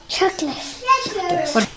Chocolate